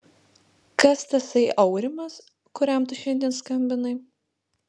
kas tasai aurimas kuriam tu šiandien skambinai